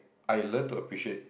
I learn to appreciate